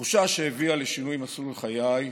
תחושה שהביאה לשינוי מסלול חיי,